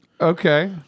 Okay